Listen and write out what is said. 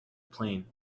plane